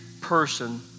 person